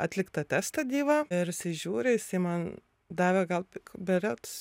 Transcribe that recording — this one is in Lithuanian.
atlikt tą testą gyvą ir jisai žiūri jisai man davė gal pik beriods